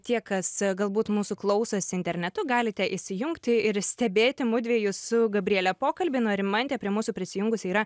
tie kas galbūt mūsų klausosi internetu galite įsijungti ir stebėti mudviejų su gabriele pokalbį na o rimantė prie mūsų prisijungusi yra